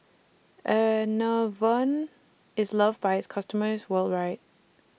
Enervon IS loved By its customers worldwide